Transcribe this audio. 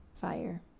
fire